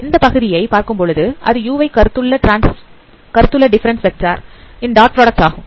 இந்த பகுதியை பார்க்கும்போது அது u வை கருத்துள்ள டிஃபரன்ஸ் வெக்டார் ன் டாட் ப்ராடக்ட் ஆகும்